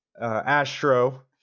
Astro